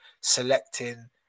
selecting